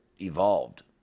evolved